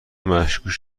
مشکوکی